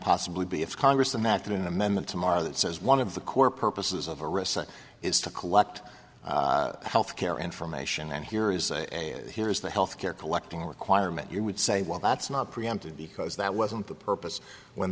possibly be if congress some afternoon amendment tomorrow that says one of the core purposes of a recess is to collect health care and formation and here is a here's the health care collecting requirement you would say well that's not preemptive because that wasn't the purpose when